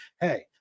hey